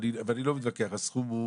ואני לא מתווכח על הסכום,